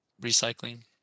recycling